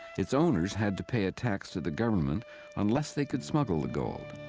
it's owners had to pay a tax to the government unless they could smuggle the gold.